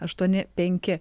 aštuoni penki